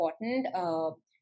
important